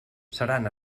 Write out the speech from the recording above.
seran